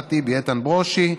אחמד טיבי ואיתן ברושי,